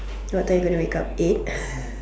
what time you going to wake up eight